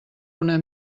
una